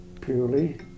purely